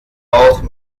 auch